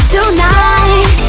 Tonight